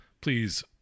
please